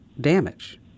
damage